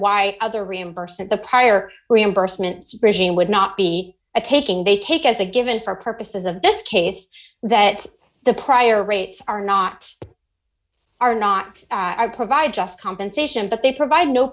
why other reimbursement the pyre reimbursements regime would not be a taking they take as a given for purposes of this case that the prior rates are not are not provided just compensation but they provide no